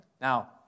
Now